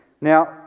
Now